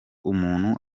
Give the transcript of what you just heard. umuntu